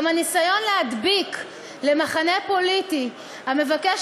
גם הניסיון להדביק למחנה פוליטי המבקש